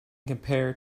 compare